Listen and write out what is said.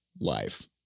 life